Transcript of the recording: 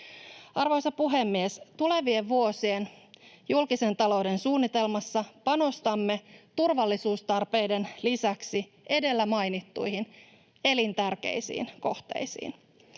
Arvoisa puhemies! Tulevien vuosien julkisen talouden suunnitelmassa panostamme turvallisuustarpeiden lisäksi edellä mainittuihin elintärkeisiin kohteisiin.